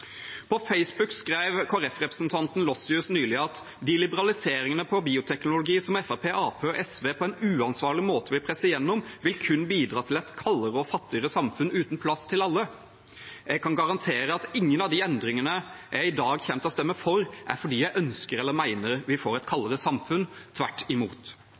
På Facebook skrev Kristelig Folkeparti-representanten Gleditsch Lossius nylig at de liberaliseringene av bioteknologi som Fremskrittspartiet, Arbeiderpartiet og SV på en uansvarlig måte vil presse gjennom, kun vil bidra til et kaldere og fattigere samfunn uten plass til alle. Jeg kan garantere at ingen av de endringene jeg i dag kommer til å stemme for, stemmer jeg for fordi jeg ønsker eller mener vi får et kaldere samfunn – tvert imot.